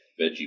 veggie